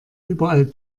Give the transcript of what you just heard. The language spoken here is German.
überall